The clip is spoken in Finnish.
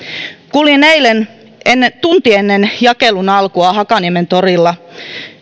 kuljin eilen tunti ennen jakelun alkua hakaniemen torilla